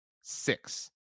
Six